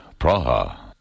Praha